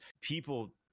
people